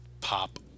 pop